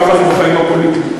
ככה זה בחיים הפוליטיים.